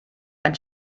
ein